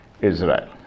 Israel